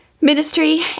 ministry